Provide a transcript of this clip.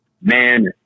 Man